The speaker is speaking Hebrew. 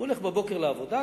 הולך בבוקר לעבודה,